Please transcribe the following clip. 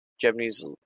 Japanese